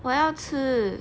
我要吃